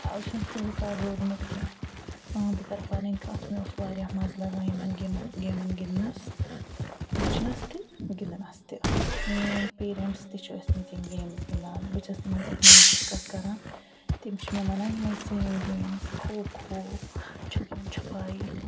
آز چھُنہٕ سُہ حِساب روٗدمُت کینٛہہ آ بہٕ کَرٕ پَنٕنۍ کتھ مےٚ اوس واریاہ مَزٕ لگان یمن یمن گیمن گِنٛدنَس وٕچھنَس تہِ گِندنَس تہِ میٛٲنۍ پیرٮ۪نٹٕس تہِ چھِ ٲسۍمٕتۍ یِم گیمٕز گِندان بہٕ چھَس تِمَن سۭتۍ مَنٛزٕ ڈِسکَس کران تِم چھِ مےٚ ونان یِمَے سیم گیمٕز کھو کھو چھُپَن چھُپایی